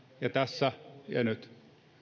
ja tässä ja nyt